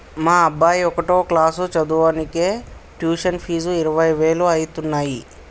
మా అబ్బాయి ఒకటో క్లాసు చదవనీకే ట్యుషన్ ఫీజు ఇరవై వేలు అయితన్నయ్యి